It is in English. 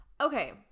Okay